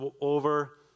Over